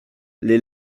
les